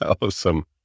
Awesome